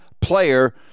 player